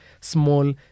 small